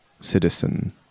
citizen